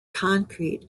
concrete